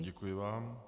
Děkuji vám.